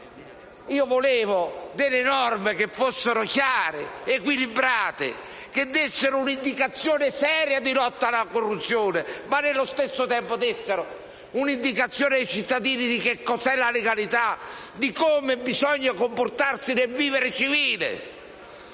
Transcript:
Io avrei preferito norme chiare, equilibrate, che dessero un'indicazione seria di lotta alla corruzione ma, allo stesso tempo, dessero un'indicazione ai cittadini di cosa sia la legalità e di come bisogna comportarsi nel vivere civile.